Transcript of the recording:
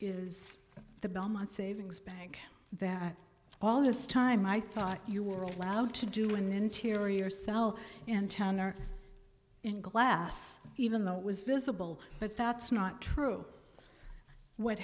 is the belmont savings bank that all this time i thought you were allowed to do an interior sell in town are in glass even though it was visible but that's not true what